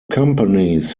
companies